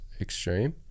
extreme